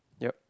yup